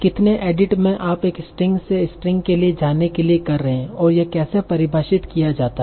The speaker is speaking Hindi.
कितने एडिट में आप एक स्ट्रिंग से स्ट्रिंग के लिए जाने के लिए कर रहे हैं और यह कैसे परिभाषित किया जाता है